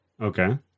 Okay